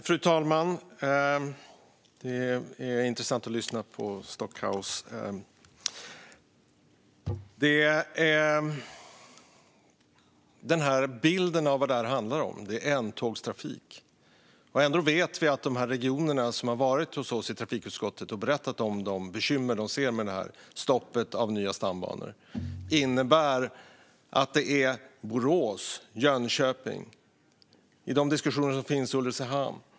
Fru talman! Det är intressant att lyssna på Stockhaus. Bilden är att det här handlar om ändtrafik. Ändå vet vi från de regioner som varit hos oss i trafikutskottet och berättat om de bekymmer de ser med stoppet för nya stambanor vad detta innebär. Det är Borås och Jönköping. Det är Ulricehamn.